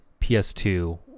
PS2